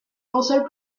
also